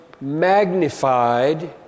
magnified